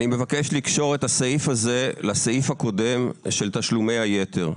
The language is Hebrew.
אני מבקש לקשור את הסעיף הזה לסעיף הקודם של תשלומי היתר,